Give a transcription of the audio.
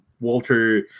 Walter